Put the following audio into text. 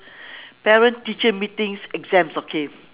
parent teacher meetings exams okay